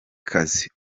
kazi